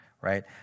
Right